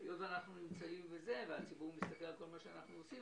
זה הסכם קואליציוני של יהדות התורה,